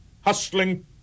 hustling